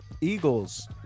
eagles